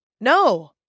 No